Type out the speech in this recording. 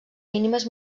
mínimes